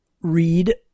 read